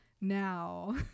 now